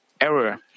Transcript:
error